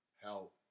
help